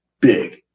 big